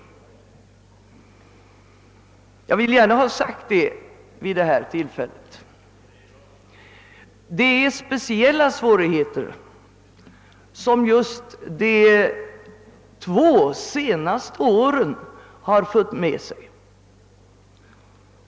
Jag vill gärna ha sagt det vid detta tillfälle. De två senaste åren har fört med sig speciella svårigheter.